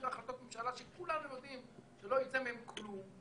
להחלטות ממשלה שכולנו יודעים שלא יצא מהן כלום,